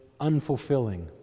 unfulfilling